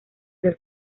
del